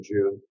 June